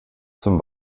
zum